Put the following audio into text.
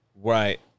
Right